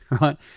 right